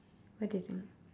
what do you think